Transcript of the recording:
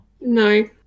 no